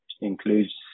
includes